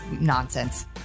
nonsense